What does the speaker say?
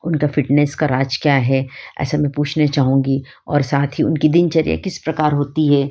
उनका फिटनेस का राज क्या है असल में पूछने चाहूँगी और साथ ही उनकी दिनचर्या किस प्रकार होती है